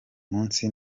munsi